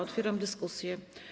Otwieram dyskusję.